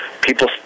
people